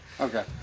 Okay